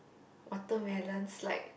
watermelon slide